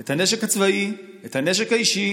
את הנשק הצבאי, את הנשק האישי,